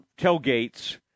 tailgates